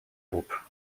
groupe